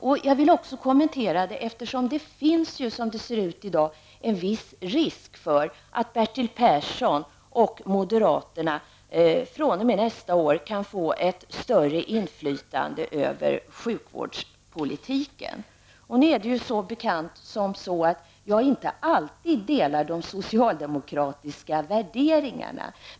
Att jag vill kommentera det moderata inlägget beror också på att det finns, som det ser ut i dag, en viss risk för att Bertil Persson och moderaterna fr.o.m. nästa år kan få ett större inflytande över sjukvårdspolitiken. Som bekant delar jag inte alltid de socialdemokratiska värderingarna.